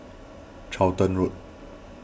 Charlton Road